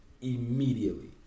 immediately